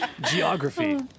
Geography